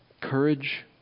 courage